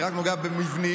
אני רק נוגע במבנים,